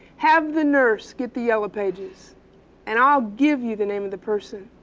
have the nurse get the yellow pages and i'll give you the name of the person.